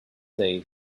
day